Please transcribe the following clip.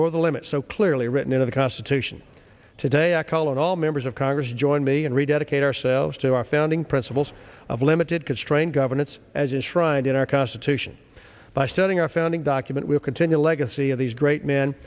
ignore the limits so clearly written into the constitution today i call on all members of congress join me and rededicate ourselves to our founding principles of limited constrained governance as is front in our constitution by setting our founding document will continue the legacy of these great m